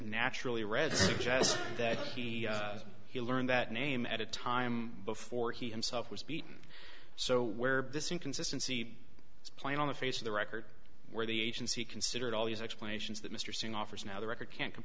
naturally read just that he learned that name at a time before he himself was beaten so where this inconsistency is playing on the face of the record where the agency considered all these explanations that mr singh offers now the record can't c